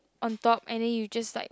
on top and then you just like